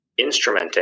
instrumenting